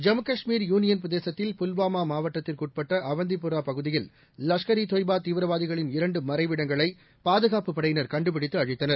Jammu Kashmir union பிரதேசத்தில் புல்வாமா மாவட்டத்திற்குட்பட்ட அவந்திப்புரா பகுதியில் லஷ்கர் இ தொய்பா தீவிரவாதிகளின் இரண்டு மறைவிடங்களை பாதுகாப்புப் படையினர் கண்டுபிடித்து அழித்தனர்